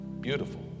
beautiful